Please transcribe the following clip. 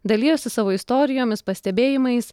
dalijosi savo istorijomis pastebėjimais